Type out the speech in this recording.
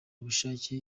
ubushake